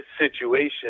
situation